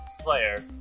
player